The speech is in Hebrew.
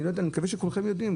אני מקווה שכולכם יודעים,